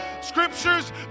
scriptures